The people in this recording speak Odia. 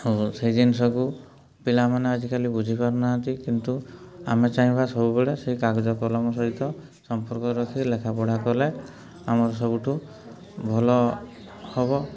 ଆଉ ସେଇ ଜିନିଷକୁ ପିଲାମାନେ ଆଜିକାଲି ବୁଝିପାରୁ ନାହାନ୍ତି କିନ୍ତୁ ଆମେ ଚାହିଁବା ସବୁବେଳେ ସେଇ କାଗଜ କଲମ ସହିତ ସମ୍ପର୍କ ରଖି ଲେଖାପଢ଼ା କଲେ ଆମର ସବୁଠୁ ଭଲ ହେବ